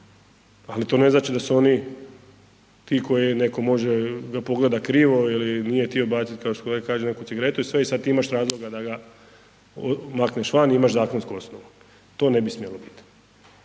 ali to ne znači da su oni ti koje neko može ga pogledat krivo ili nije htio bacit, kao što kolega kaže, neku cigaretu i sve i sad ti imaš razloga da ga makneš van i imaš zakonsku osnovu, to ne bi smjelo biti,